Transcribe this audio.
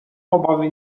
obawy